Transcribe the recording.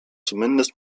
zumindest